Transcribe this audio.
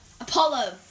Apollo